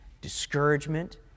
discouragement